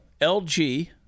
LG